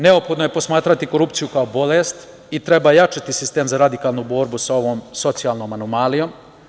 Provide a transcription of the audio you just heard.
Neophodno je posmatrati korupciju kao bolest i treba jačati sistem za radikalnu borbu sa ovom socijalnom anomalijom.